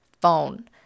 phone